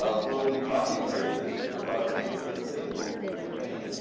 ah we'll be talking later this year about faith in the faithful in the campaign.